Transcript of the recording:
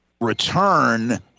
return